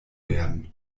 werden